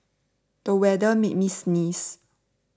the weather made me sneeze